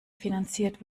finanziert